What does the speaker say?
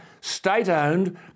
state-owned